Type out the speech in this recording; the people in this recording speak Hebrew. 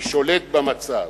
אני שולט במצב.